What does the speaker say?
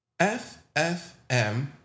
FFM